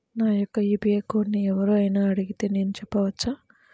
నా యొక్క యూ.పీ.ఐ కోడ్ని ఎవరు అయినా అడిగితే నేను చెప్పవచ్చా?